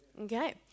Okay